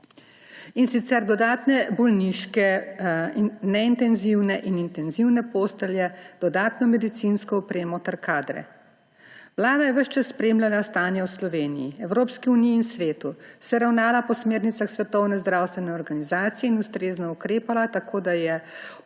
in sicer dodatne bolniške neintenzivne in intenzivne postelje, dodatno medicinsko opremo ter kadre. Vlada je ves čas spremljala stanje v Sloveniji, Evropski uniji in svetu, se ravnala po smernicah Svetovne zdravstvene organizacije in ustrezno ukrepala, tako je v